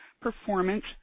performance